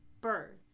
birth